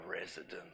residence